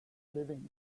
living